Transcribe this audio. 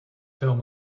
film